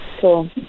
cool